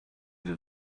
dir